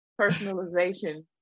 personalization